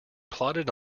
plodded